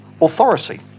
authority